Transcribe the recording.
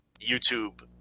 YouTube